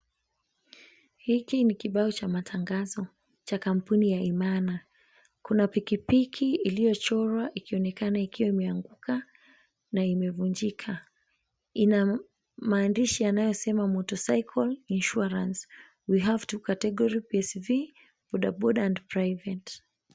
Hiki ni kibao cha matangazo cha kampuni ya Imana, kuna pikipiki iliyochorwa ikionekana ikiwa imeanguka na imevunjika. Ina maandishi yanayosema, Motorcycle Insurance, We Have Two Category Psv Bodaboda and Private.